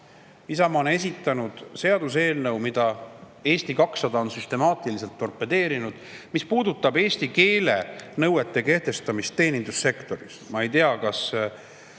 Isamaa on esitanud seaduseelnõu, mida Eesti 200 on süstemaatiliselt torpedeerinud ja mis puudutab eesti keele nõuete kehtestamist teenindussektoris. Ma ei tea, kas